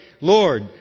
Lord